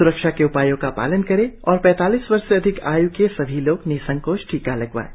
सुरक्षा के सभी उपायों का पालन करें और पैतालीस वर्ष से अधिक आय् के सभी लोग निसंकोच टीका लगवाएं